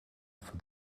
for